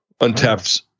Untapped